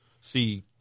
see